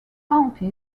county